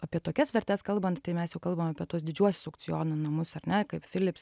apie tokias vertes kalbant tai mes jau kalbam apie tuos didžiuosius aukcionų namus ar ne kaip filips